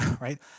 right